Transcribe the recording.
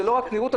זה לא רק נראות,